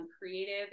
creative